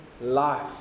life